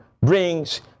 brings